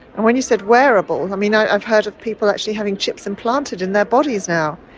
and when you said wearable, i mean, i've heard of people actually having chips implanted in their bodies now.